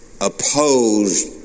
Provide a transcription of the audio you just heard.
opposed